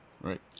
Right